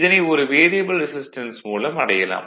இதனை ஒரு variable resistance மூலம் அடையலாம்